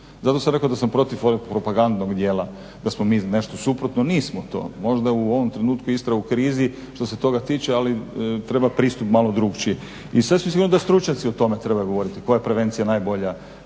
Zato sam rekao da sam protiv ovog propagandnog dijela. Da smo mi nešto suprotno, nismo. Možda je u ovom trenutku Istra u krizi što se toga tiče, ali treba pristup malo drukčiji. I sasvim sigurno da stručnjaci o tome trebaju govoriti koja je prevencija najbolja,